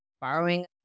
borrowing